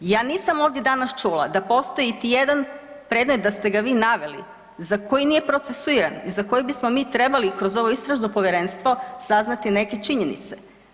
Ja nisam danas ovdje čula da postoji iti jedan predmet da ste ga vi naveli za koji nije procesuiran i za koji bismo mi trebali kroz ovo istražno povjerenstvo saznati neke činjenice.